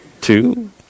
two